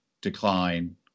decline